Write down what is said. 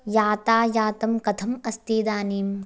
यातायातं कथम् अस्ति इदानीम्